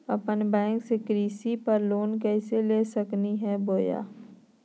अपना बैंक से कृषि पर लोन कैसे ले सकअ हियई?